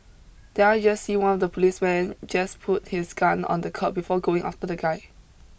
did I just see one of the policemen just put his gun on the curb before going after the guy